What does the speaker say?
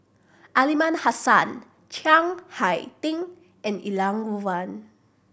Aliman Hassan Chiang Hai Ding and Elangovan